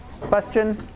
Question